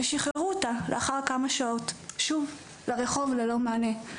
ושיחררו אותה לאחר כמה שעות שוב לרחוב ללא מענה.